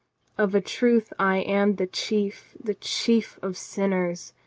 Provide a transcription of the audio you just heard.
of a truth i am the chief, the chief of sinners.